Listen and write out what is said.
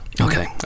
Okay